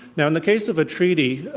now, in the case of a treaty,